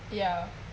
yeah